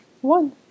one